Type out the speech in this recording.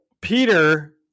Peter